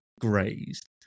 grazed